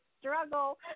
struggle